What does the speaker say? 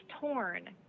torn